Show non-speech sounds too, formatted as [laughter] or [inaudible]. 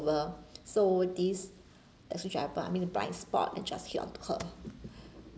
so this happen but I mean blind spot and just hit onto her [breath]